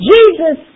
Jesus